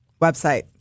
Website